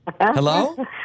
Hello